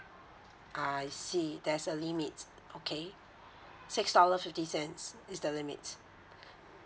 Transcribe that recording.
I see there's a limit okay six dollar fifty cents is the limit